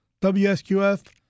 WSQF